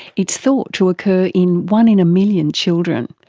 it's thought to occur in one in a million children,